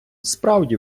справді